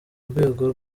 urwego